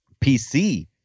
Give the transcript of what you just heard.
PC